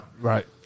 right